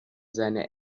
seine